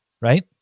Right